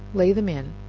lay them in,